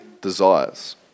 desires